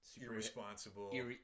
irresponsible